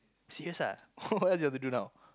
serious ah what else you want to do now